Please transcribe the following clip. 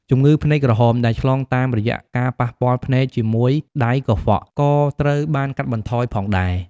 ជំងឺភ្នែកក្រហម ដែលឆ្លងតាមរយៈការប៉ះពាល់ភ្នែកជាមួយដៃកខ្វក់ ក៏ត្រូវបានកាត់បន្ថយផងដែរ។